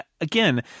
again